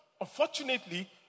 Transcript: unfortunately